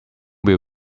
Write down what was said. will